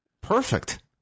Perfect